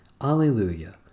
Alleluia